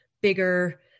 bigger